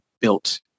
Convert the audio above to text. built